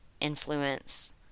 influence